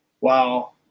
wow